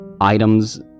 items